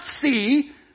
see